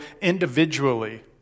individually